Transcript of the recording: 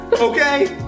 okay